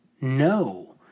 No